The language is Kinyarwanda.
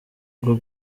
bwo